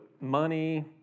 money